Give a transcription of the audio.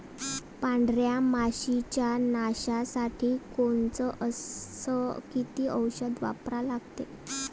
पांढऱ्या माशी च्या नाशा साठी कोनचं अस किती औषध वापरा लागते?